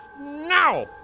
Now